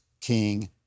king